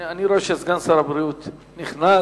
אני רואה שסגן שר הבריאות נכנס.